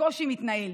בקושי מתנהל,